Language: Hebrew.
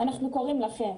אנחנו קוראים לכם: